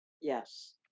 Yes